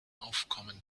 aufkommen